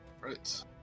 Right